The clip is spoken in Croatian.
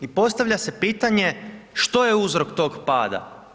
I postavlja se pitanje što je uzrok tog pada.